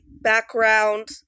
background